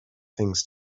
things